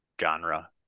genre